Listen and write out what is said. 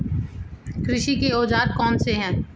कृषि के औजार कौन कौन से हैं?